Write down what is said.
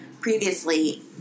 previously